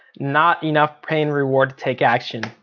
not enough pain reward to take action.